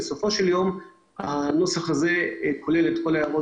אבל בסופו של יום הנוסח הזה כולל את כל ההערות